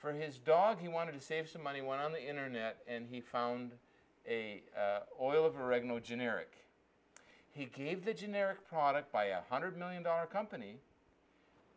for his dog he wanted to save some money went on the internet and he found all of oregano generic he gave the generic product by a hundred million dollar company